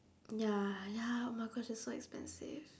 ya ya oh my gosh it's so expensive